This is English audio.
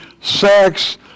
sex